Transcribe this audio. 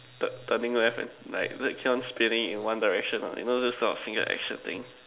the turning left and like spinning keep on spinning in one Direction ah you know those kind of single action thing